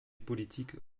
politiques